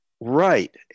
Right